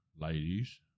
ladies